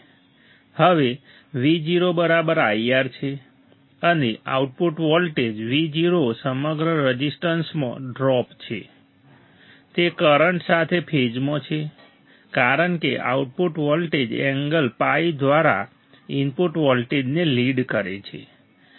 હવે VoIR છે અને આઉટપુટ વોલ્ટેજ Vo સમગ્ર રઝિસ્ટન્સમાં ડ્રોપ છે તે કરંટ સાથે ફેઝમાં છે કારણ કે આઉટપુટ વોલ્ટેજ એંગલ phi દ્વારા ઇનપુટ વોલ્ટેજને લીડ કરે છે